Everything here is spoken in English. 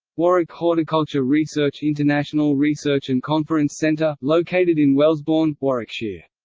warwick horticulture research international research and conference centre, located in wellesbourne, warwickshire.